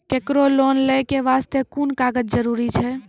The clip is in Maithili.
केकरो लोन लै के बास्ते कुन कागज जरूरी छै?